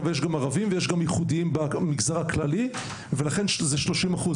אבל יש גם ערבים ויש גם ייחודיים במגזר הכללי ולכן זה 30 אחוז,